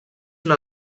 una